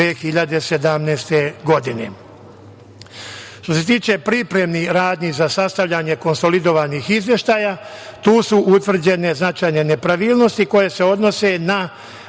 2017. godine. Što se tiče pripremnih radnji za sastavljanje konsolidovanih izveštaja tu su utvrđene značajne nepravilnosti koje se odnose na